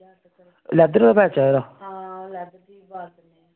leather दा bat चाहिदा